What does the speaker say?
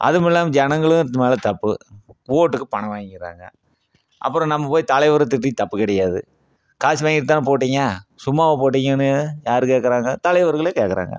அதுவும் இல்லாமல் ஜனங்களும் மேல் தப்பு ஓட்டுக்கு பணம் வாங்கிகிறாங்க அப்புறோம் நம்ம போயி தலைவரை திட்டி தப்பு கிடையாது காசு வாங்கிட்டு தானே போட்டீங்க சும்மாவா போட்டீங்கன்னு யார் கேட்குறாங்க தலைவர்களும் கேட்குறாங்க